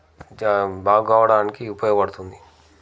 జా బాగు కావడానికి ఉపయోగపడుతుంది